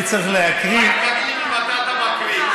ממתי אתה מקריא?